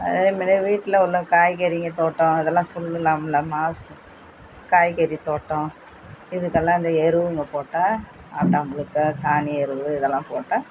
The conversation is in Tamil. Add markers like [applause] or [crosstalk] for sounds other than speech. அதே மாரி வீட்டில உள்ள காய்கறிகள் தோட்டம் இதெல்லாம் [unintelligible] காய்கறி தோட்டம் இதுக்கெல்லாம் இந்த எருவுங்க போட்டால் ஆட்டாம் புழுக்க சாணி எருவு இதெல்லாம் போட்டால்